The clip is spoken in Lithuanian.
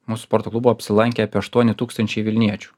mūsų sporto klubo apsilankė apie aštuoni tūkstančiai vilniečių